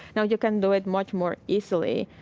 now, you can do it much more easily.